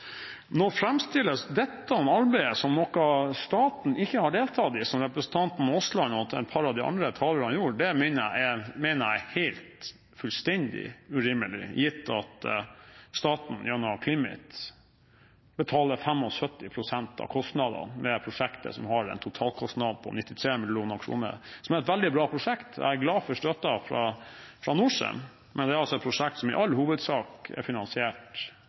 når det gjelder Norcem Brevik. Nå framstilles dette arbeidet som noe staten ikke har deltatt i – som representanten Aasland og et par av de andre talerne sa. Det mener jeg er helt fullstendig urimelig, gitt at staten gjennom CLIMIT betaler 75 pst. av kostnadene med prosjektet, som har en totalkostnad på 93 mill. kr. Det er et veldig bra prosjekt, jeg er glad for støtten fra Norcem, men det er altså et prosjekt som i all hovedsak er finansiert